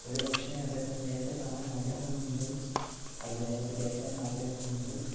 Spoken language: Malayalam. ഒരു പക്ഷേ അദ്ദേഹത്തിനെ നേരിട്ട് കാണാൻ ആഗ്രഹമുണ്ട് അല്ലെങ്കിൽ നേരിട്ട് കേൾക്കാൻ ആഗ്രഹമുണ്ട്